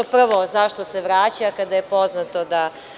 Prvo, zašto se vraća kada je poznato da…